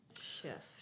shift